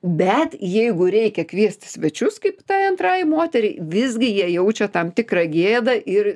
bet jeigu reikia kviest į svečius kaip tai antrai moteriai visgi jie jaučia tam tikrą gėdą ir